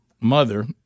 mother